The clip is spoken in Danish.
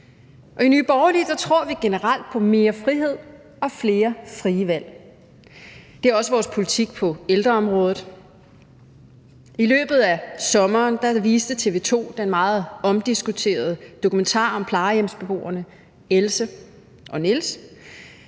i Nye Borgerlige tror vi generelt på mere frihed og flere frie valg. Det er også vores politik på ældreområdet. I løbet af sommeren viste TV 2 den meget omdiskuterede dokumentar om plejehjemsbeboerne Else og Niels,